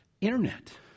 internet